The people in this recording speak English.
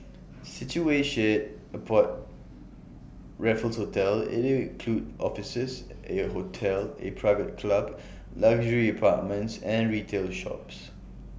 situated Raffles hotel IT will include offices A hotel A private club luxury apartments and retail shops